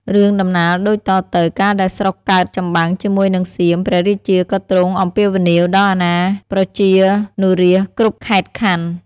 រឿងដំណាលដូចតទៅ កាលដែលស្រុកកើតចម្បាំងជាមួយនឹងសៀម ព្រះរាជាក៏ទ្រង់អំពាវនាវដល់អាណាប្រជានុរាស្ត្រគ្រប់ខេត្តខណ្ឌ។